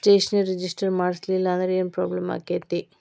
ಷೇರ್ನ ರಿಜಿಸ್ಟರ್ ಮಾಡ್ಸಿಲ್ಲಂದ್ರ ಏನ್ ಪ್ರಾಬ್ಲಮ್ ಆಗತೈತಿ